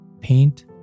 paint